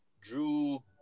Drew